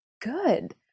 good